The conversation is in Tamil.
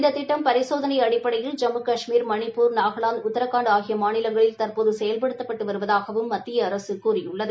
இந்த திட்டம் பரிசோதனை அடிப்படையில் ஜம்மு கஷ்மீர் மணிப்பூர் நாகலாந்து உத்தரகாண்ட் ஆகிய மாநிலங்களில் தற்போது செயல்படுத்தப்பட்டு வருவதாகவும் மத்திய அரசு கூறியுள்ளது